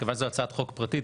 כיוון שזו הצעת חוק פרטית,